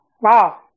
Wow